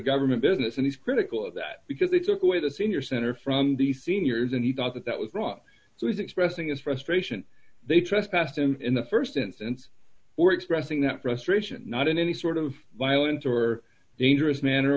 government business and he's critical of that because they took away the senior center from the seniors and he thought that that was wrong so he's expressing his frustration they trespassed him in the st instance or expressing that frustration not in any sort of violent or dangerous man